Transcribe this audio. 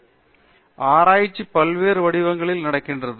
பேராசிரியர் அரிந்தமா சிங் ஆராய்ச்சி பல்வேறு வடிவங்களில் நடக்கிறது